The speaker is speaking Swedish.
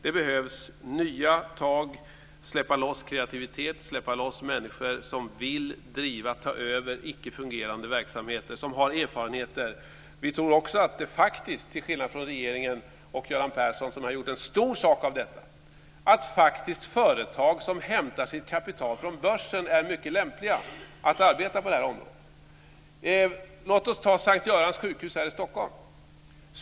Det behövs nya tag. Man behöver släppa loss kreativitet, släppa loss människor som vill driva, ta över icke-fungerande verksamheter, som har erfarenheter. Vi tror också, till skillnad från regeringen och Göran Persson som har gjort en stor sak av detta, att företag som hämtar sitt kapital från börsen är mycket lämpade att arbeta på det här området. Låt oss ta S:t Görans sjukhus här i Stockholm.